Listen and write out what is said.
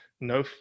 No